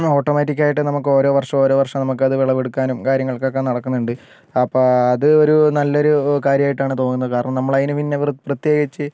ഓട്ടോമാറ്റിക്കായിട്ട് നമുക്കോരോ വാർഷവും ഓരോ വർഷവും നമുക്കത് വിളവെടുക്കാനും കാര്യങ്ങൾക്കൊക്കെ നടക്കുന്നുണ്ട് അപ്പോൾ അത് ഒരു നല്ലൊരു കാര്യമായിട്ടാണ് തോന്നുന്നത് കാരണം നമ്മള് അതിന് പിന്നെ പ്ര പ്രത്യേകിച്ച്